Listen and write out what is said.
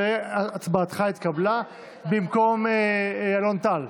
והצבעתך התקבלה במקום אלון טל,